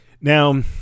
Now